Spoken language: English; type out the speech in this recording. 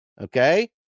okay